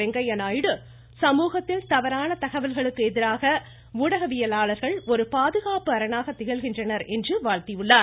வெங்கய்ய நாயுடு சமூகத்தில் தவறான தகவல்களுக்கு எதிராக ஊடகவியலாளர்கள் ஒரு பாதுகாப்பு அரணாக திகழ்கின்றனர் என்று வாழ்த்தியுள்ளார்